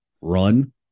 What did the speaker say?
run